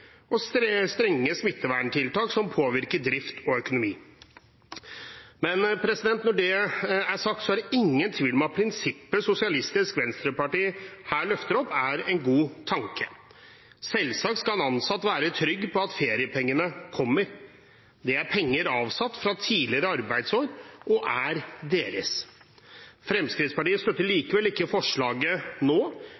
strenge smitteverntiltak som påvirker drift og økonomi. Men når det er sagt, er det ingen vil om at prinsippet Sosialistisk Venstreparti her løfter frem, er en god tanke. Selvsagt skal en ansatt være trygg på at feriepengene kommer. Det er penger avsatt fra tidligere arbeidsår og er deres. Fremskrittspartiet støtter